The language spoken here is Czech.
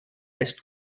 jest